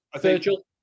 Virgil